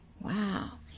wow